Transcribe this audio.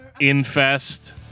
Infest